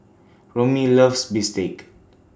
Romie loves Bistake